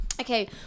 Okay